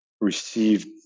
received